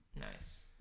Nice